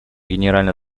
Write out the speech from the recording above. генеральная